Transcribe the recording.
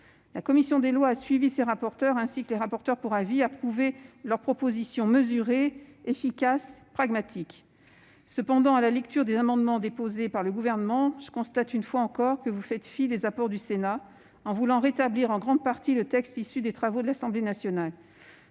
La commission des lois a suivi ses rapporteurs, ainsi que les rapporteurs pour avis, et elle a approuvé leurs propositions mesurées, efficaces et pragmatiques. Cependant, à la lecture des amendements déposés par le Gouvernement, je constate une fois encore que vous faites fi des apports du Sénat, en voulant rétablir en grande partie le texte issu des travaux de l'Assemblée nationale.